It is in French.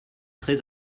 très